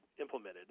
implemented